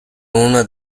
una